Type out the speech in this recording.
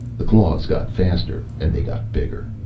the claws got faster, and they got bigger.